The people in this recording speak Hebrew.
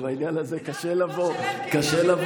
אז בעניין הזה קשה לבוא בטענות,